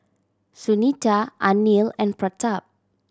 Sunita Anil and Pratap